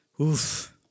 oof